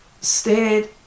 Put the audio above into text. stared